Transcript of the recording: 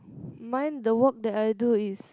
mine the work that I do is